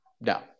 No